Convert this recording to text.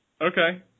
Okay